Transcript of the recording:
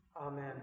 Amen